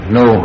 no